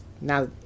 now